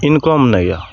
income नहि यऽ